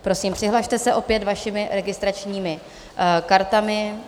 Prosím, přihlaste se opět vašimi registračními kartami.